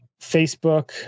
Facebook